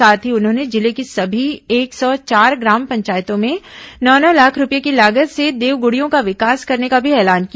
साथ ही उन्होंने जिले की सभी एक सौ चार ग्राम पचायतों में नौ नौ लाख रूपये की लागत से देवगडियों का विकास करने का भी ऐलान किया